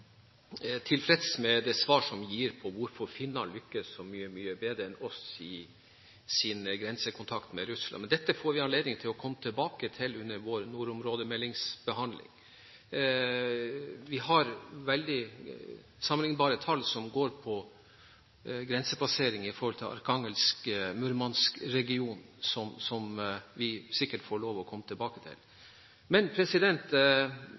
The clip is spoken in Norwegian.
tilfreds med det svar som gis på hvorfor finnene lykkes så mye, mye bedre enn oss i sin grensekontakt med Russland, men dette får vi anledning til å komme tilbake til under behandlingen av vår nordområdemelding. Vi har veldig sammenlignbare tall når det gjelder grensepassering i Arkhangelsk–Murmansk-regionen, som vi sikkert får lov å komme tilbake til.